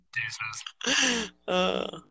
Jesus